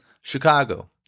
Chicago